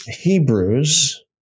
Hebrews